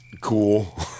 Cool